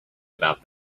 about